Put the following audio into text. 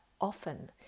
often